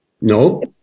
no